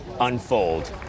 unfold